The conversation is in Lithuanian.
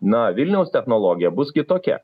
na vilniaus technologija bus kitokia